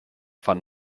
fun